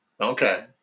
Okay